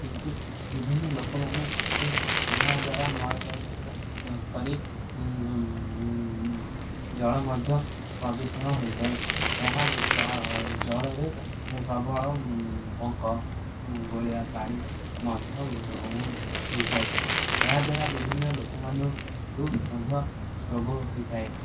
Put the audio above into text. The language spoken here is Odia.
କିନ୍ତୁ ବିଭିନ୍ନ ଲୋକମାନେ ଆସି ଏହାଦ୍ୱାରା ମଳତ୍ୟାଗ କରି ଜଳ ମଧ୍ୟ ପ୍ରଦୂଷଣ ହୋଇଥାଏ ଏହା ଜଳରେ ପ୍ରବଳ ପଙ୍କ ଗୋଳିଆ ପାଣି ମଧ୍ୟ ହୋଇଥାଏ ଏହାଦ୍ୱାରା ବିଭିନ୍ନ ଲୋକମାନଙ୍କୁ ମଧ୍ୟ ରୋଗ ହୋଇଥାଏ